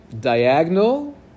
diagonal